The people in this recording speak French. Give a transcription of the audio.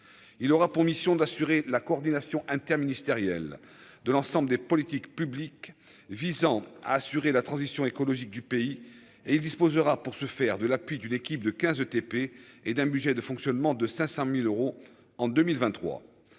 il aura pour mission d'assurer la coordination interministérielle de l'ensemble des politiques publiques visant à assurer la transition écologique du pays et il disposera pour se faire de l'appui d'une équipe de 15 ETP TP et d'un budget de fonctionnement de 500000 euros en 2023,